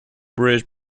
bridge